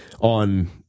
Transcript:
on